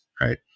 right